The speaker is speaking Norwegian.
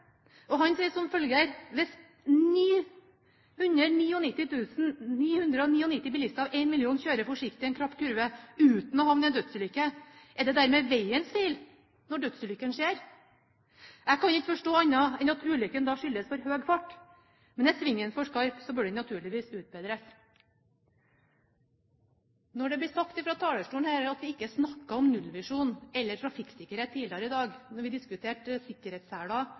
og han sier som følger: «Hvis 999.999 bilister av én million kjører forsiktig i en krapp kurve uten å havne i en dødsulykke, er det dermed veiens feil når dødsulykken skjer? Jeg kan ikke forstå annet enn at ulykken da skyldes for høy fart. Men er svingen for skarp, bør den naturligvis utbedres.» Når det blir sagt fra talerstolen her at det ikke er snakket om nullvisjonen eller trafikksikkerhet tidligere i dag da vi diskuterte